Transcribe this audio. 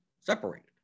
separated